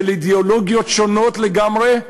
של אידיאולוגיות שונות לגמרי,